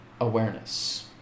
Awareness